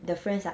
the friends ah